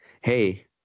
hey